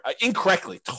incorrectly